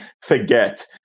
forget